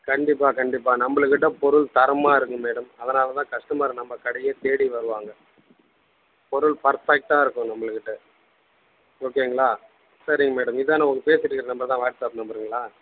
கண்டிப்பாக கண்டிப்பாக நம்மளுக்கிட்ட பொருள் தரமாக இருக்கும் மேடம் அதனால் தான் கஸ்டமர் நம்ம கடையை தேடி வருவாங்க பொருள் பர்ஃபெக்டாக இருக்கும் நம்மளுக்கிட்ட ஓகேங்களா சரிங்க மேடம் இதுதான உங்கள் பேசிகிட்டு இருக்கிற நம்பர் தான் வாட்ஸ்அப் நம்பருங்களா